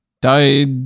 Died